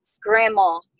grandma